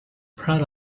proud